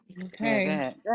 okay